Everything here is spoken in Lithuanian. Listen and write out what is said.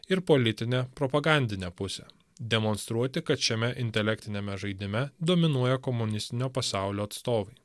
ir politinę propagandinę pusę demonstruoti kad šiame intelektiniame žaidime dominuoja komunistinio pasaulio atstovai